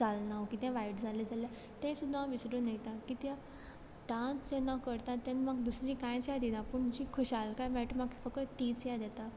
जालें कितें वायट जालें जाल्यार तें सुद्दां हांव विसरून वयता किद्या डान्स जेन्ना करता तेन्ना म्हाका दुसरी कांयच याद येयना पूण जी खुशालकाय मेयटा म्हाका फकत तीच याद येता